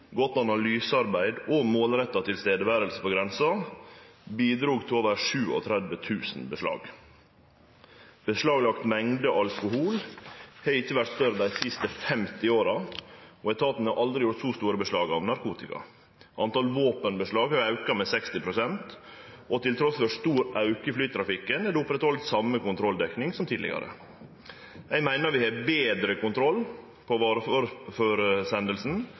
godt analysearbeid og målretta nærvær på grensa bidrog til over 37 000 beslag. Beslaglagd mengde alkohol har ikkje vore større dei siste 50 åra, og etaten har aldri gjort så store beslag av narkotika. Talet på våpenbeslag har auka med 60 pst., og trass i stor auke i flytrafikken har ein oppretthalde den same kontrolldekninga som tidlegare. Eg meiner vi har betre kontroll på